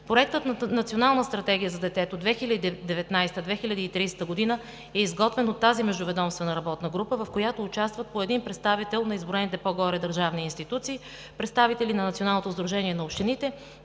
Проектът „Национална стратегия за детето 2019 – 2030 г.“ е изготвен от тази междуведомствена работна група, в която участват по един представител на изброените по-горе държавни институции, представители на Националното сдружение на общините,